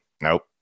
Nope